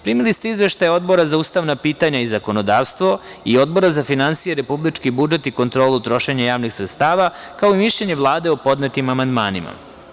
Primili ste izveštaj Odbora za ustavna pitanja i zakonodavstvo i Odbora za finansije, republički budžet i kontrolu trošenja javnih sredstava, kao i mišljenje Vlade o podnetim amandmanima.